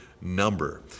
number